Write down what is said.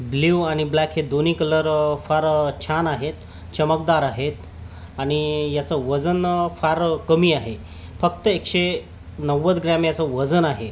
blue आणि black हे दोन्ही कलर फार छान आहेत चमकदार आहेत आणि याचं वजन फार कमी आहे फक्त एकशे नव्वद ग्रॅम याचं वजन आहे